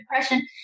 depression